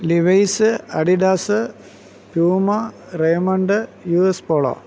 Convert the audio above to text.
Levi's Adidas Puma Raymond U S polo